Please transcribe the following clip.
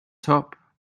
top